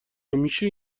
همیشه